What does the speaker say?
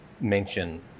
mention